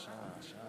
הלוואי שהיא רוצה.